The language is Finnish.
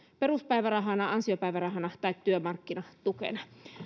peruspäivärahana ansiopäivärahana tai työmarkkinatukena